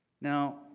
Now